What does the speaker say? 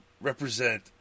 represent